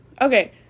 Okay